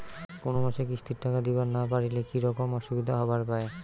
কোনো মাসে কিস্তির টাকা দিবার না পারিলে কি রকম অসুবিধা হবার পায়?